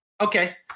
Okay